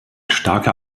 starker